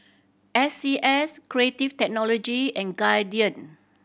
S C S Creative Technology and Guardian